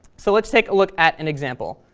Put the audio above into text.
so let's take a look at an example.